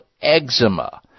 eczema